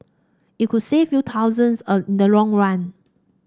it could save you thousands a in the long run